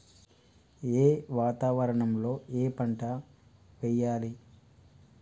ఏ వాతావరణం లో ఏ పంట వెయ్యాలి?